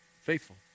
faithful